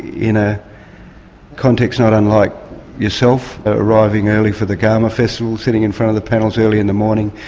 in a context not unlike yourself arriving early for the garma festival, sitting in front of the panels early in the morning,